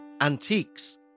Antiques